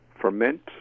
ferment